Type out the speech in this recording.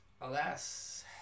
alas